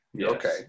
Okay